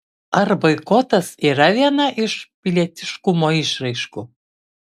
ar boikotas yra viena iš pilietiškumo išraiškų